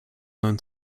known